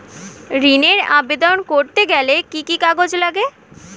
ঋণের আবেদন করতে গেলে কি কি কাগজ লাগে?